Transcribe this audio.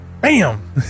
Bam